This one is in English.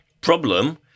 Problem